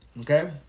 okay